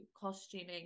costuming